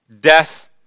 death